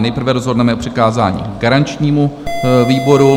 Nejprve rozhodneme o přikázání garančnímu výboru.